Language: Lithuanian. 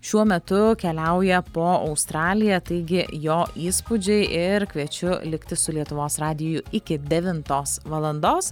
šiuo metu keliauja po australiją taigi jo įspūdžiai ir kviečiu likti su lietuvos radiju iki devintos valandos